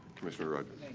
commissioner rodgers.